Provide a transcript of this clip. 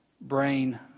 brain